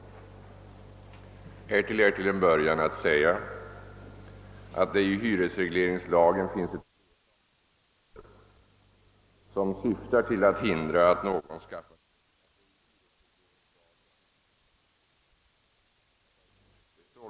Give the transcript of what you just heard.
Härtill är till en början att säga att det i hyresregleringslagen finns ett flertal bestämmelser som syftar till att hindra att någon skaffar sig ekonomisk vinning genom lägenhetsöverlåtelser.